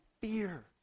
fear